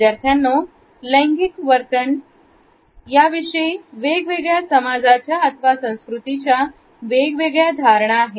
विद्यार्थ्यांनो लैंगिक वर्तन विषयी वेगवेगळ्या समाजाच्या अथवा संस्कृतीचा वेगवेगळ्या धारणा आहेत